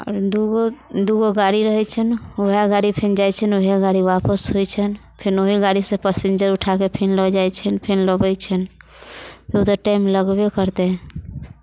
दू गो दू गो गाड़ी रहैत छनि उएह गाड़ी फेर जाइत छनि उएह गाड़ी फेर वापस होइत छनि फेर ओही गाड़ीसँ पसिन्जर उठा कऽ फेर लऽ जाइत छनि फेर लबैत छनि ओ तऽ टेम लगबे करतै